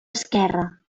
esquerra